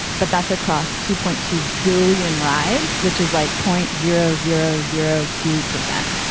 but that's across two point two billion rides, which is like point zero zero zero two percent.